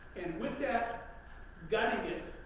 and with that gutting it